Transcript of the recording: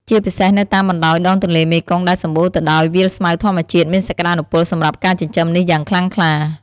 ជាពិសេសនៅតាមបណ្ដោយដងទន្លេមេគង្គដែលសំបូរទៅដោយវាលស្មៅធម្មជាតិមានសក្តានុពលសម្រាប់ការចិញ្ចឹមនេះយ៉ាងខ្លាំងក្លា។